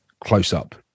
close-up